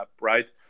right